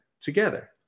together